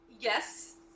yes